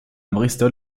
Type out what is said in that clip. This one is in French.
bristol